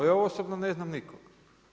Ja osobno ne znam nikoga.